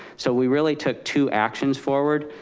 so we really took two actions forward